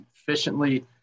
efficiently